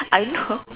I don't know